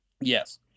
Yes